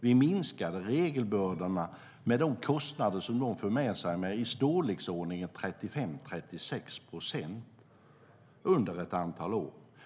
Vi minskade regelbördan och de kostnader den förde med sig med i storleksordningen 35-36 procent under ett antal år.